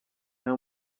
nta